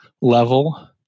level